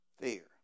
Fear